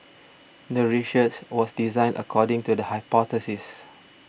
the research was designed according to the hypothesis